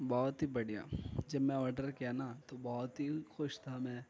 بہت ہی بڑھیا جب میں آرڈر کیا نا تو بہت ہی خوش تھا میں